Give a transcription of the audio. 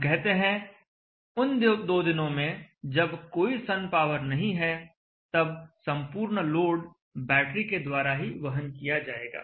हम कहते हैं उन 2 दिनों में जब कोई सन पावर नहीं है तब संपूर्ण लोड बैटरी के द्वारा ही वहन किया जाएगा